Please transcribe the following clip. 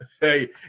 Hey